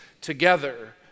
together